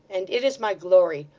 and it is my glory.